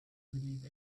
believe